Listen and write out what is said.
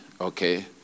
okay